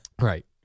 Right